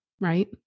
right